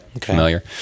familiar